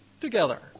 together